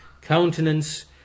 countenance